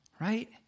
right